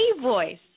voice